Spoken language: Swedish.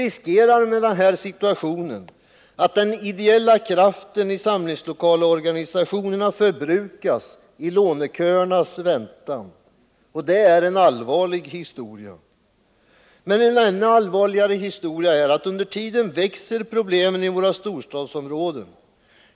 I den här situationen riskerar vi att de ideella krafterna i samlingslokalsorganisationerna förbrukas i låneköernas väntan. Och det är en allvarlig historia. Ännu allvarligare är emellertid att problemen i våra storstadsområden växer under tiden.